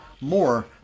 more